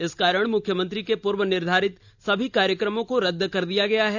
इस कारण मुख्यमंत्री के पूर्व निर्धारित सभी कार्यक्रमों को रद्द कर दिए गए हैं